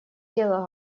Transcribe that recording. дело